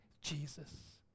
Jesus